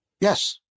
Yes